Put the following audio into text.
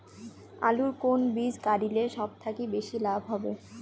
আলুর কুন বীজ গারিলে সব থাকি বেশি লাভ হবে?